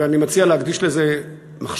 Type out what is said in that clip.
ואני מציע להקדיש לזה מחשבה